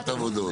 עבודות.